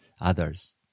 Others